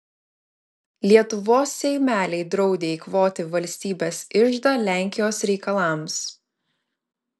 lietuvos seimeliai draudė eikvoti valstybės iždą lenkijos reikalams